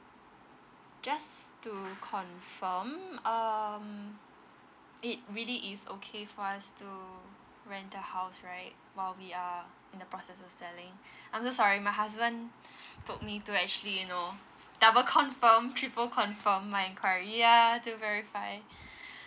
just to confirm um it really is okay for us to rent a house right while we are in the process of selling I'm so sorry my husband told me to actually you know double confirm triple confirm my enquiry ya to verify